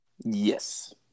Yes